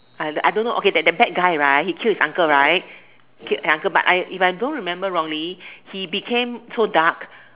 I I don't know that bad guy right he killed his uncle right okay uncle but I if I don't remember wrongly he because so dark